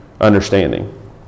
understanding